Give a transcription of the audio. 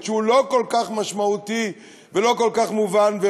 שהוא לא כל כך משמעותי ולא כל כך מובן,